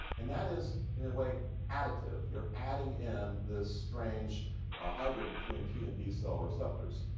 and that is in a way additive. you're adding in this strange ah hybrid between t and b-cell receptors.